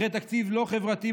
אחרי תקציב לא חברתי,